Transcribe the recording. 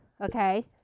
Okay